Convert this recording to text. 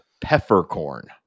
peppercorn